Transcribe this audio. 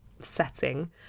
setting